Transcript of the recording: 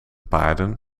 paarden